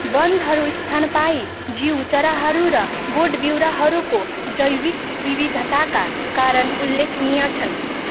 वनहरू स्तनपायी जीव चराहरू र बोट बिरुवाहरूको जैविक विविधताका कारण उल्लेखनीय छन्